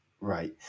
Right